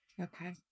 Okay